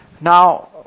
Now